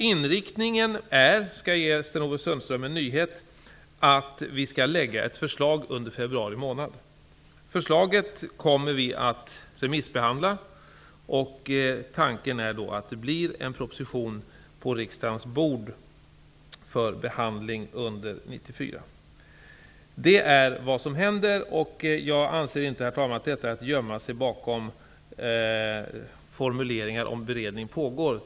Inriktningen är -- jag kan här avslöja en nyhet för Sten-Ove Sundström -- att vi skall lägga fram ett förslag under februari. Förslaget kommer vi att remissbehandla. Tanken är att lägga en proposition på riksdagens bord för behandling under 1994. Detta är vad som händer. Jag anser inte, herr talman, att detta är att gömma sig bakom formuleringar om att beredning pågår.